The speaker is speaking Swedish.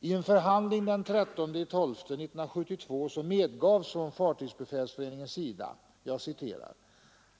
I en förhandling den 13 december 1972 medgavs från Fartygsbefälsföreningens sida